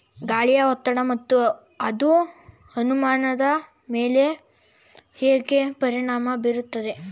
ಗಾಳಿಯ ಒತ್ತಡ ಮತ್ತು ಅದು ಹವಾಮಾನದ ಮೇಲೆ ಹೇಗೆ ಪರಿಣಾಮ ಬೀರುತ್ತದೆ?